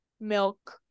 milk